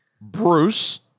bruce